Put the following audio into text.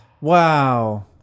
Wow